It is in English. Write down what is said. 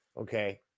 Okay